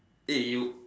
eh you